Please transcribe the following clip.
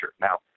Now